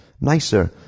Nicer